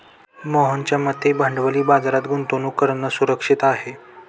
मोहनच्या मते भांडवली बाजारात गुंतवणूक करणं सुरक्षित आहे